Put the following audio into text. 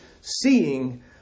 seeing